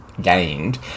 gained